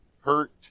hurt